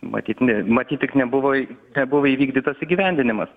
matyt ne matyt tik nebuvo nebuvo įvykdytas įgyvendinimas